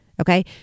Okay